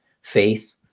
faith